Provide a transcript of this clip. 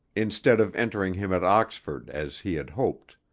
instead of entering him at oxford as he had hoped.